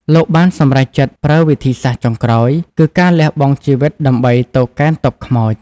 លោកបានសម្រេចចិត្តប្រើវិធីសាស្រ្តចុងក្រោយ គឺការលះបង់ជីវិតដើម្បីទៅកេណ្ឌទ័ពខ្មោច។